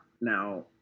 now